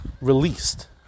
released